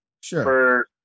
Sure